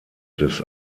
des